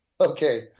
okay